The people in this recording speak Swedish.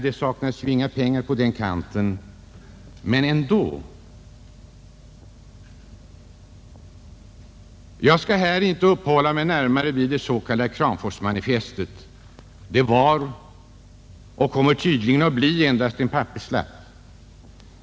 Det saknas ju inte pengar på den kanten — men ändå. Jag skall här inte uppehålla mig närmare vid det s.k. Kramforsmanifestet. Det var och kommer tydligen att förbli endast en papperslapp.